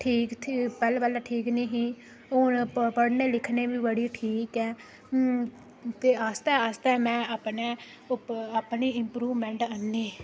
ठीक थी पैह्ले पैह्ले ठीक नेईं ही हून पढ़ने लिखने गी बी बड़ी ठीक ऐ ते आस्तै आस्तै में अपने उप अपने इंपरुबमैंट आह्नी